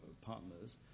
partners